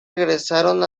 regresaron